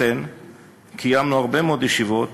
לכן קיימנו הרבה מאוד ישיבות,